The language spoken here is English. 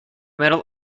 metal